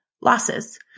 losses